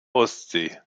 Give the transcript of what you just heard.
ostsee